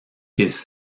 his